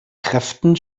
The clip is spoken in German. kräften